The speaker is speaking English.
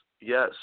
yes